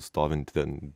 stovintį ten